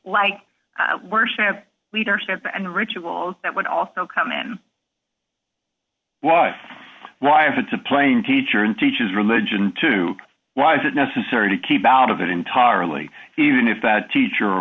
like worship leadership and rituals that would also come in what why if it's a plain teacher and teaches religion to why is it necessary to keep out of it entirely even if that teacher or